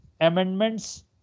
amendments